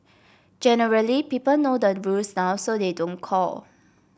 generally people know the rules now so they don't call